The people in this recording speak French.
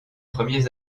premiers